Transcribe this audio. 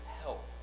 help